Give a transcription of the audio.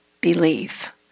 Believe